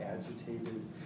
agitated